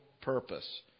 purpose